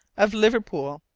of liverpool,